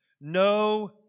No